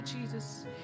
Jesus